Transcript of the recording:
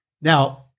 Now